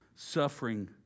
Suffering